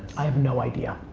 i have no idea.